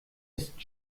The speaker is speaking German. ist